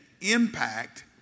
impact